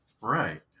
Right